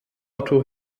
otto